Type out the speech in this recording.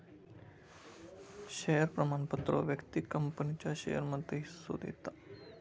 share प्रमाणपत्र व्यक्तिक कंपनीच्या शेयरमध्ये हिस्सो देता